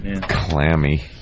Clammy